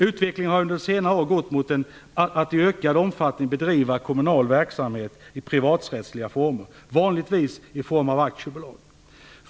Utvecklingen har under senare år gått mot att i ökad omfattning bedriva kommunal verksamhet i privaträttsliga former, vanligtvis i form av aktiebolag.